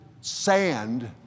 sand